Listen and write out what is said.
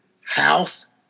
house